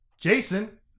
Jason